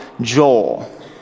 Joel